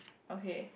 okay